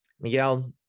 Miguel